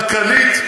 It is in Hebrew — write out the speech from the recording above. כלכלית,